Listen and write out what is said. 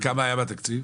וכמה היה בתקציב?